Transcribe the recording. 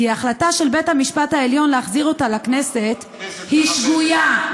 ההחלטה של בית-המשפט העליון להחזיר אותה לכנסת היא שגויה.